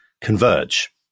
converge